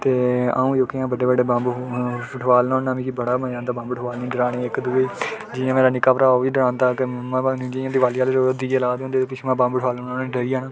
ते अं'ऊ जोह्के बड्डे बड्डे बम्ब ठोआलना होन्ना मिगी बड़ा मज़ा औंदा बम्ब ठोआलने गी जलाने गी इक्क दूऐ गी जि'यां मेरा निक्का भ्राऽ ओह्बी डरांदा अग्गें मम्मा जि'यां दिवाली आह्ले रोज़ दिए जला दे होंदे ते पिच्छुआ बम्ब ठोआलुना ओह् डरी जंदे